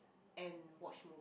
and watch move